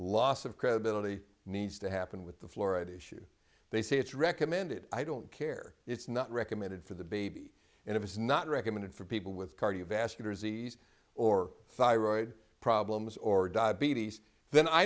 loss of credibility needs to happen with the fluoridation they say it's recommended i don't care it's not recommended for the baby and if it's not recommended for people with cardiovascular disease or thyroid problems or diabetes then i